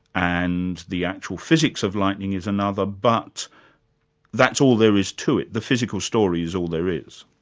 and the actual physics of lightning is another, but that's all there is to it, the physical story is all there is.